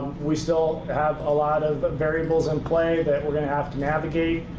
we still have a lot of but variables in play that we're going to have to navigate.